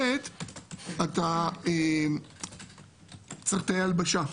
דבר שני אתה צריך תאי הלבשה,